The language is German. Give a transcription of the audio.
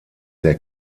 der